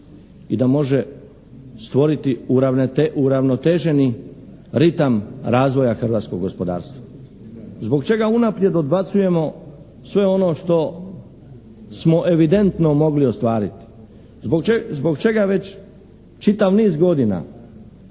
i da može stvoriti uravnoteženi ritam razvoja hrvatskog gospodarstva. Zbog čega unaprijed odbacujemo sve ono što smo evidentno mogli ostvariti? Zbog čega već čitav niz godina,